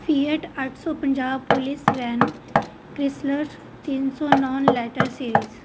fiat ਅੱਠ ਸੌ ਪੰਜਾਹ ਪੁਲਿਸ ਵੈਨ ਕ੍ਰਿਸਲਰ ਤਿੰਨ ਸੌ ਨੌਨ ਲੈਟਰ ਸੀਰੀਜ਼